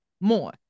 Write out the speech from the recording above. more